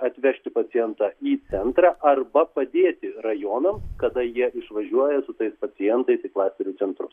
atvežti pacientą į centrą arba padėti rajonams kada jie išvažiuoja su tais pacientais į klasterių centrus